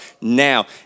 now